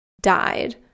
died